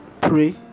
pray